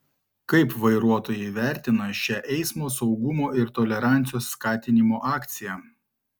kaip vairuotojai vertina šią eismo saugumo ir tolerancijos skatinimo akciją